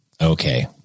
Okay